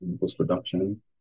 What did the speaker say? post-production